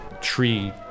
tree